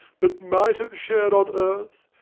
but might have shared on earth,